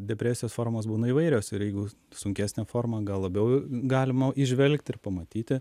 depresijos formos būna įvairios ir jeigu sunkesnė forma gal labiau galima įžvelgti ir pamatyti